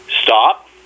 stop